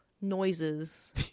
noises